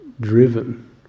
driven